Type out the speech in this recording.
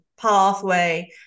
pathway